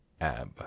AB